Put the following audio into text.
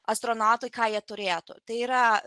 astronautai ką jie turėtų tai yra